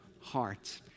heart